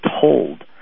told